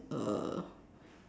uh